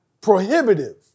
prohibitive